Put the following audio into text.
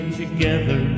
together